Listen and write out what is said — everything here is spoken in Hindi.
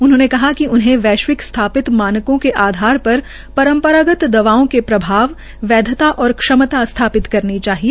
उन्होंने कहा कि वैश्विक सथापित मानकों के आधार पर परम्परागत दवाओं के प्रभाव वैद्यता और क्षमता स्थापित करनी चाहिए